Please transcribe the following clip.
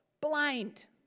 blind